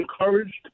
encouraged